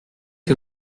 que